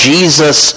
Jesus